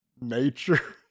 Nature